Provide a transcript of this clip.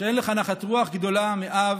שאין לך נחת רוח גדולה מאב